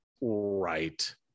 right